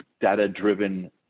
data-driven